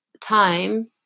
time